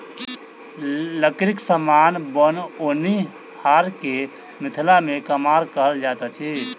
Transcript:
लकड़ीक समान बनओनिहार के मिथिला मे कमार कहल जाइत अछि